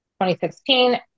2016